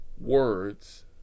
words